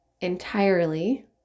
entirely